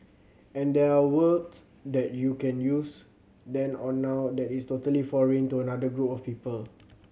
and there words that you can use then or now that is totally foreign to another group of people